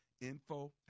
Info